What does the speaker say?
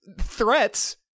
threats